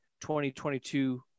2022